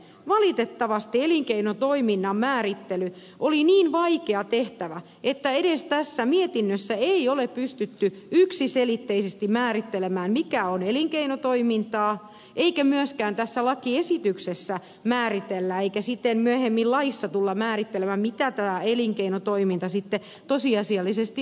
valitettavasti elinkeinotoiminnan määrittely oli niin vaikea tehtävä että edes mietinnössä ei ole pystytty yksiselitteisesti määrittelemään mikä on elinkeinotoimintaa eikä myöskään tässä lakiesityksessä määritellä eikä siten myöhemmin laissa tulla määrittelemään mitä tämä elinkeinotoiminta sitten tosiasiallisesti on